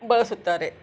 ಬಳಸುತ್ತಾರೆ